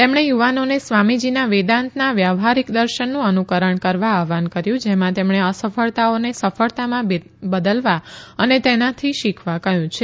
તેમણે યુવાનોને સ્વામીજીના વેદાંતના વ્યાવહારિક દર્શનનું અનુકરણ કરવા આહવાન કર્યુ જેમાં તેમણે અસફળતાઓને સફળતામાં બદલવા અને તેનાથી શીખવા કહયું છે